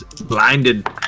blinded